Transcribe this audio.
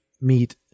meet